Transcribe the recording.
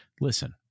Listen